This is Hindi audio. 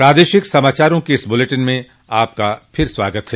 प्रादेशिक समाचारों के इस बुलेटिन में आपका फिर से स्वागत है